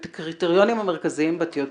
את הקריטריונים המרכזיים בטיוטה.